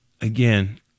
again